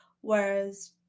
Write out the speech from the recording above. whereas